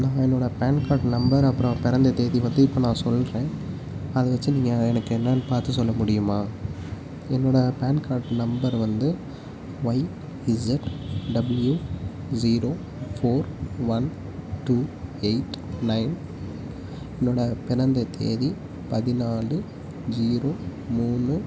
நான் என்னோடய PAN card number அப்புறம் பிறந்த தேதி பற்றி இப்போ நான் சொல்கிறேன் அதை வெச்சு நீங்கள் எனக்கு என்னென்னு பார்த்து சொல்ல முடியுமா என்னோடய பான் கார்ட் நம்பர் வந்து Y Z W zero four one two eight nine என்னோடய பிறந்த தேதி பதினாலு ஜீரோ மூணு